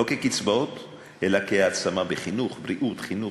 לא כקצבאות אלא כהעצמה בחינוך, בריאות וכו'